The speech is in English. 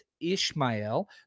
Ishmael